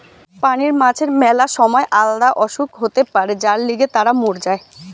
পানির মাছের ম্যালা সময় আলদা অসুখ হতে পারে যার লিগে তারা মোর যায়